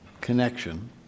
connection